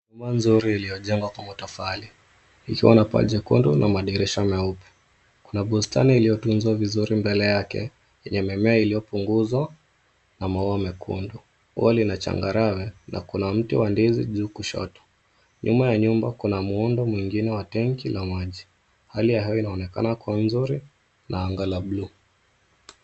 Nyumba mzuri iliyojengwa kwa matofali, ikiwa na paa jekundu na madirisha meupe. Kuna bustani iliyotunzwa vizuri mbele yake, yenye mimea iliyopunguzwa na maua mekundu. Ua lina changarawe na kuna mti wa ndizi juu kushoto. Nyuma ya nyumba kuna muundo mwingine wa tenki la maji. Hali ya hewa inaonekana kuwa nzuri na anga la bluu.